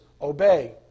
Obey